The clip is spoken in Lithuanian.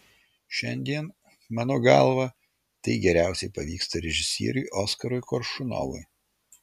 šiandien mano galva tai geriausiai pavyksta režisieriui oskarui koršunovui